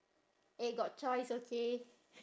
eh got choice okay